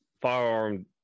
Firearm